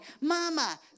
Mama